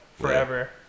forever